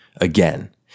again